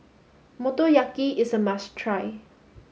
Motoyaki is a must try